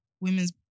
women's